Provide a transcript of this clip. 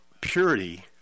purity